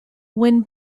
when